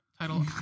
Title